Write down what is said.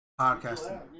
Podcasting